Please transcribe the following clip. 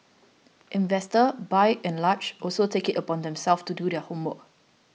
investors by and large also take it upon themselves to do their homework